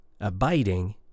abiding